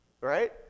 Right